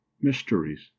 mysteries